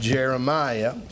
Jeremiah